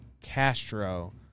Castro